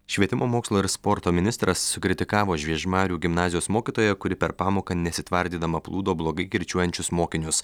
švietimo mokslo ir sporto ministras sukritikavo žiežmarių gimnazijos mokytoją kuri per pamoką nesitvardydama plūdo blogai kirčiuojančius mokinius